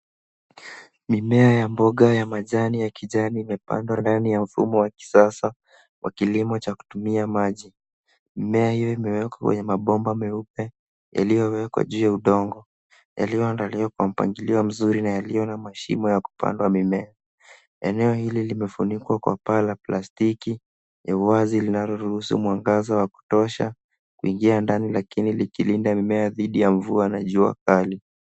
Mimea ya mboga ya majani ya kijani imepandwa ndani ya mfumo wa kisasa wa kilimo cha kutumia maji. Mimea hio imewekwa kwenye mabomba meupe yaliyowekwa juu ya udongo, yaliyoandaliwa kwa mpangilio mzuri na yaliyokuwa na mashimo ya kupandwa mimea. Eneo hili limefunikwa kwa paa la plastiki ya uwazi linaloruhusu mwangaza wa kutosha kuingia ndani lakini likilinda mimea dhidi ya mvua na jua kali.